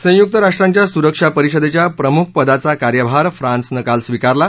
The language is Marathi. संयुक्त राष्ट्रांच्या सुरक्षा परिषदेच्या प्रमुखपदाचा कार्यभार फ्रान्सने काल स्वीकारला